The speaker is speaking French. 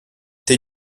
tes